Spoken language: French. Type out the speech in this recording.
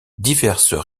diverses